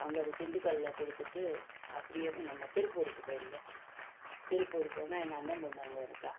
அங்கே திண்டுக்கல்லில் கொடுத்துட்டு அப்படியேவும் நம்ம திருப்பூருக்கு போயிருந்தேன் திருப்பூர் போனால் எங்கள் அண்ணன் பொண்ணு அங்கே இருக்காள்